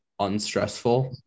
unstressful